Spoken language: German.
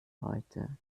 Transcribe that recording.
heute